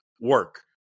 work